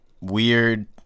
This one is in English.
Weird